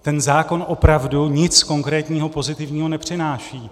Ten zákon opravdu nic konkrétního pozitivního nepřináší.